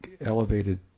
elevated